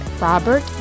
Robert